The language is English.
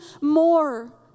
more